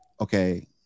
okay